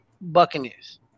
Buccaneers